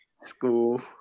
school